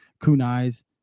kunai's